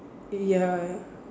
ya